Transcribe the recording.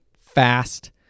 fast